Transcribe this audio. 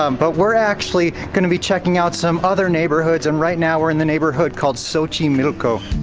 um but we're actually gonna be checking out some other neighborhoods, and right now we're in the neighborhood called so xochimilco.